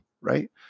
Right